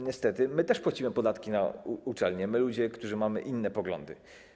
Niestety, my też płacimy podatki na uczelnie, my, ludzie, którzy mamy inne poglądy.